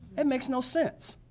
it makes no sense.